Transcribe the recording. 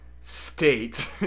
state